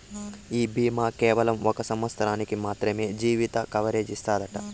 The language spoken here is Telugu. ఈ బీమా కేవలం ఒక సంవత్సరానికి మాత్రమే జీవిత కవరేజ్ ఇస్తాదట